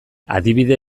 adibide